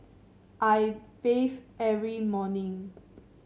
I bathe every morning